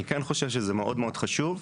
אני כן חושב שזה מאוד מאוד חשוב,